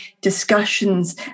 discussions